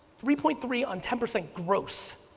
three point three on ten percent gross.